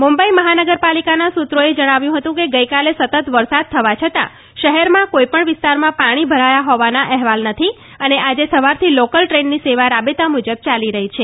મુંબઇ મહાનગર ાલિકાના સૂત્રોએ જણાવ્યું હતું કે ગઇકાલે સતત વરસાદ થવા છતાં શહેરના કોઇ ણ વિસ્તારમાં ાણી ભરાયા હોવાના અહેવાલ નથી અને આજે સવારથી આભાર નિહારીકા રવિયા લોકલ ટ્રેનની સેવા રાબેતા મુજબ યાલી રહી છે